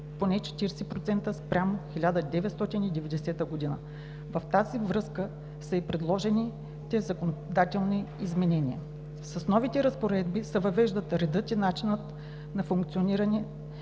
поне 40% спрямо 1990 г. В тази връзка са и предложените законодателни изменения. С новите разпоредби се въвеждат редът и начинът за функциониране